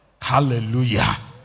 Hallelujah